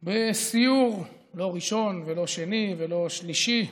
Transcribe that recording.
אתמול בסיור, לא ראשון, לא שני ולא שלישי,